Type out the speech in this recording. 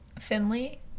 Finley